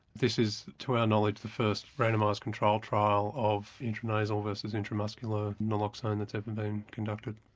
this is to our knowledge the first randomised control trial of intranasal versus intramuscular naloxone that's ever been conducted.